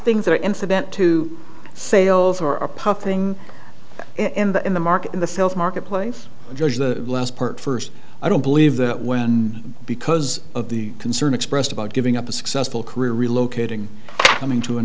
that are incident to sales or a puff thing in the in the market in the sales marketplace judge the last part first i don't believe that when because of the concern expressed about giving up a successful career relocating coming to an